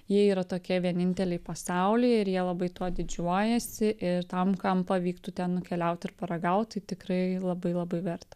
jie yra tokie vieninteliai pasaulyje ir jie labai tuo didžiuojasi ir tam kam pavyktų ten nukeliaut ir paragaut tai tikrai labai labai verta